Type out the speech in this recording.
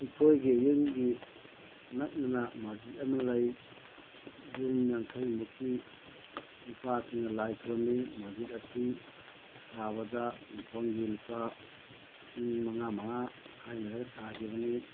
ꯑꯩꯈꯣꯏꯒꯤ ꯌꯨꯝꯒꯤ ꯅꯛꯅꯅ ꯃꯁꯖꯤꯠ ꯑꯃ ꯂꯩ ꯌꯨꯝ ꯌꯥꯡꯈꯩꯃꯨꯛꯀꯤ ꯅꯨꯄꯥꯁꯤꯡꯅ ꯂꯥꯏ ꯈꯨꯔꯨꯝꯃꯤ ꯃꯁꯖꯤꯠ ꯑꯁꯤ ꯁꯥꯕꯗ ꯌꯨꯝꯊꯣꯡꯒꯤ ꯂꯨꯄꯥ ꯂꯤꯁꯤꯡ ꯃꯉꯥ ꯃꯉꯥ ꯈꯥꯏꯅꯔꯒ ꯁꯥꯈꯤꯕꯅꯤ